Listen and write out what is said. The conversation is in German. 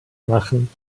machen